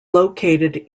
located